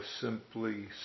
simply